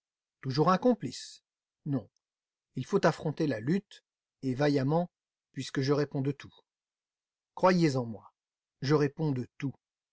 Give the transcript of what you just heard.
toujours un complice non il faut affronter la lutte et vaillamment puisque je réponds de tout croyez en moi je réponds de tout